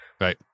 Right